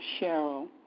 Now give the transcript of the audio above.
Cheryl